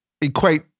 equate